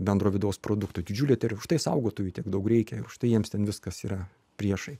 bendro vidaus produkto didžiulė ten ir už štai saugotojų tiek daug reikia ir užtai jiems ten viskas yra priešai